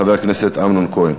חבר הכנסת אמנון כהן.